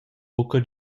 buca